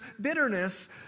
bitterness